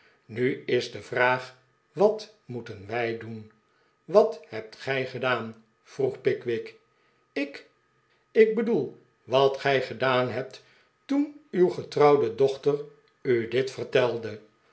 nu is de vraag wat moeten wij doen wat hebt gij gedaan vroeg pickwick ik ik bedoel wat gij gedaan hebt toen uw getrouwde dochter u dit vertelde